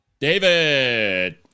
David